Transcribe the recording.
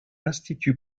institut